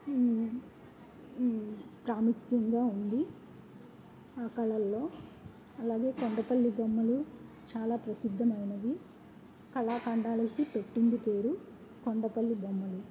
ప్రాముఖ్యంగా ఉంది ఆ కళల్లో అలాగే కొండపల్లి బొమ్మలు చాలా ప్రసిద్ధమైనవి కళాఖండాలకి పెట్టింది పేరు కొండపల్లి బొమ్మలు